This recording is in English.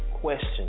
question